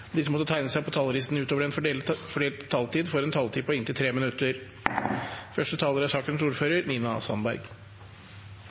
de som måtte tegne seg på talerlisten utover den fordelte taletid, får en taletid på inntil 3 minutter. Denne saken er